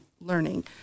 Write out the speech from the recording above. learning